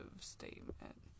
statement